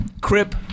crip